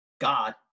God